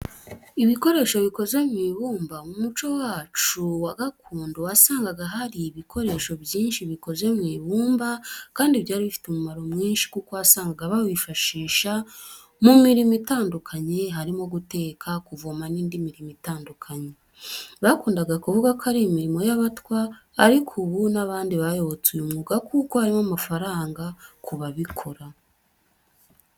Ibikoresho bikoze mu ibumba mu muco wacu wa gakondo, wasangaga hari ibikoresho byinshi bikoze mu ibumba kandi byari bifite umumaro mwinshi kuko wasanga bawifashisha mu mirimo itandukanye, harimo guteka, kuvoma n'indi mirimo itandukanye. Bakundaga kuvuga ko ari imirimo y'abatwa ariko ubu n'abandi bayobotse uyu mwuga kuko harimo amafaranga ku babikora.